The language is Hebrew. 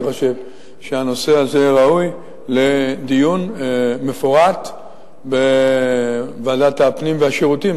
אני חושב שהנושא הזה ראוי לדיון מפורט בוועדת הפנים והשירותים,